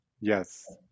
yes